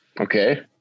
Okay